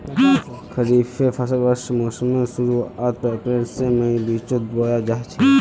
खरिफेर फसल वर्षा मोसमेर शुरुआत अप्रैल से मईर बिचोत बोया जाछे